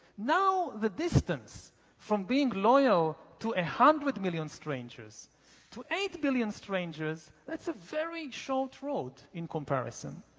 now, the distance from being loyal to a hundred million strangers to eight billion strangers, that's a very short road in comparison.